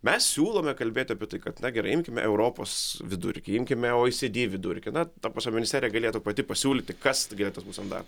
mes siūlome kalbėti apie tai kad na gerai imkime europos vidurkį imkime oecd vidurkį na ta prasme ministerija galėtų pati pasiūlyti kas galėtų būt standartu